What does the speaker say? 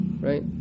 Right